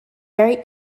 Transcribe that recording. very